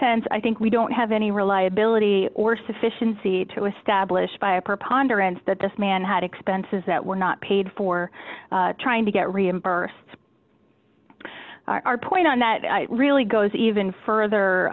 sense i think we don't have any reliability or sufficiency to establish by a preponderance that this man had expenses that were not paid for trying to get reimbursed our point and that really goes even further